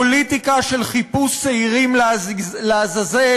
פוליטיקה של חיפוש שעירים לעזאזל,